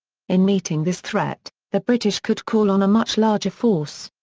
in meeting this threat, the british could call on a much larger force.